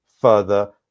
further